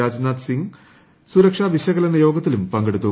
രാജ്നാഥ് സിംഗ് സുരക്ഷാ വിശകലന യോഗത്തിലും പങ്കെടുത്തു